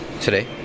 today